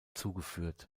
zugeführt